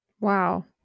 Wow